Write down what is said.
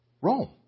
Rome